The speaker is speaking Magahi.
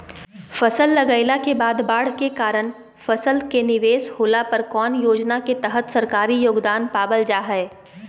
फसल लगाईला के बाद बाढ़ के कारण फसल के निवेस होला पर कौन योजना के तहत सरकारी योगदान पाबल जा हय?